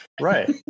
right